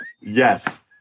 Yes